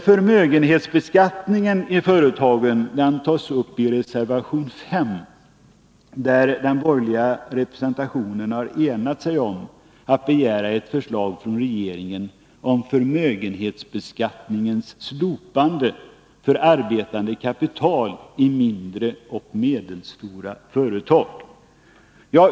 Förmögenhetsbeskattningen i företag tas upp i reservation 5, där den borgerliga representationen har enat sig om att begära ett förslag från regeringen om förmögenhetsbeskattningens slopande för arbetande kapital i mindre och medelstora företag.